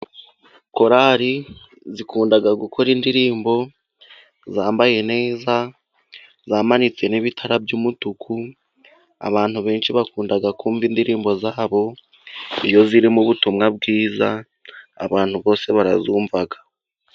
Korali zikunda gukora indirimbo zambaye neza, zamanitse n'ibitara by'umutuku, abantu benshi bakunda kumva indirimbo zabo, iyo ziri mu butumwa bwiza, abantu bose barazumva.